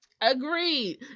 Agreed